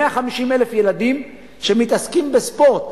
150,000 ילדים שמתעסקים בספורט.